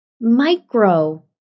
micro